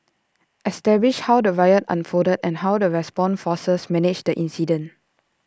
establish how the riot unfolded and how the response forces managed the incident